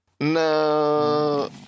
No